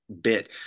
bit